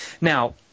Now